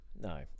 No